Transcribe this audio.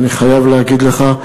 ואני חייב להגיד לך,